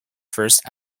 first